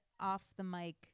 off-the-mic